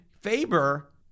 Faber